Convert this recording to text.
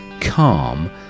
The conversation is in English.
calm